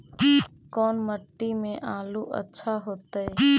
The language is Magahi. कोन मट्टी में आलु अच्छा होतै?